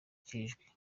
cy’ijwi